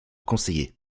conseiller